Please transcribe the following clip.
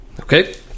okay